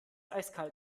eiskalt